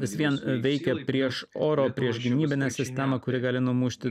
vis vien veikia prieš oro prieš gynybinę sistemą kuri gali numušti